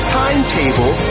timetable